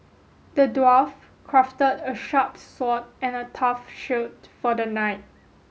the dwarf crafted a sharp sword and a tough shield for the knight